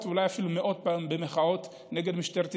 ואולי אפילו מאות פעמים במחאות נגד משטרת ישראל,